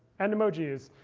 and emojis,